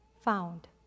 found